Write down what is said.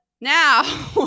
now